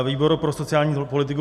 Výbor pro sociální politiku